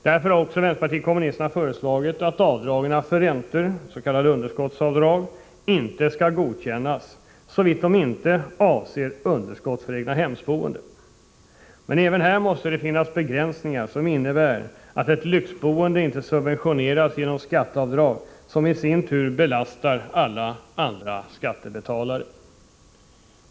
Därför har också vänsterpartiet kommunisterna föreslagit att avdragen för räntor, s.k. underskottsavdrag, inte skall godkännas såvitt de inte avser underskott för egnahemsboende. Men även här måste det finnas begränsningar, som innebär att ett lyxboende inte subventioneras genom skatteavdrag, som i sin tur belastar alla andra skattebetalare.